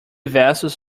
vessels